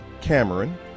Cameron